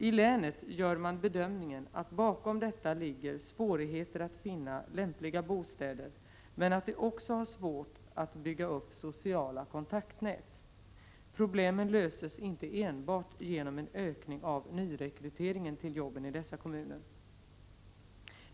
I länet gör man bedömningen att bakom detta ligger svårigheter att finna lämpliga bostäder och att det också har varit svårt att bygga upp sociala kontaktnät. Problemen löses inte enbart genom en ökning av nyrekryteringen till jobben i dessa kommuner.